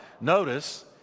Notice